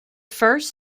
first